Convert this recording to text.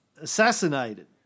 assassinated